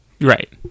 Right